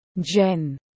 Jen